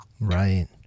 Right